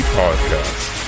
podcast